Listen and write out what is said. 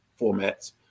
formats